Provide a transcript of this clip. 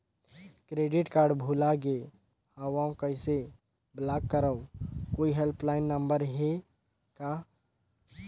Credit card भुला गे हववं कइसे ब्लाक करव? कोई हेल्पलाइन नंबर हे का?